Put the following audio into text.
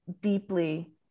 deeply